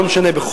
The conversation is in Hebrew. לא משנה,